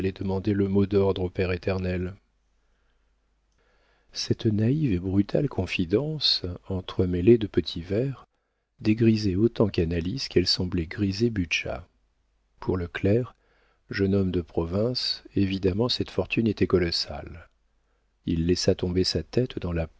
demander le mot d'ordre au père éternel cette naïve et brutale confidence entremêlée de petits verres dégrisait autant canalis qu'elle semblait griser butscha pour le clerc jeune homme de province évidemment cette fortune était colossale il laissa tomber sa tête dans la